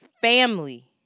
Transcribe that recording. family